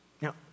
Now